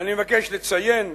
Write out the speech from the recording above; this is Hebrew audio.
אני מבקש לציין,